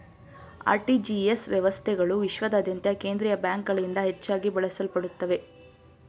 RTGS ವ್ಯವಸ್ಥೆಗಳು ವಿಶ್ವಾದ್ಯಂತ ಕೇಂದ್ರೀಯ ಬ್ಯಾಂಕ್ಗಳಿಂದ ಹೆಚ್ಚಾಗಿ ಬಳಸಲ್ಪಡುತ್ತವೆ